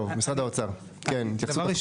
טוב, משרד האוצר, כן, התייחסות אחרונה.